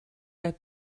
read